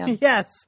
Yes